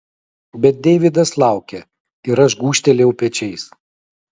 bet deividas laukė ir aš gūžtelėjau pečiais